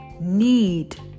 need